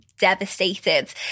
devastated